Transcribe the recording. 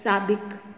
साबिक़ु